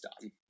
done